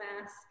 mass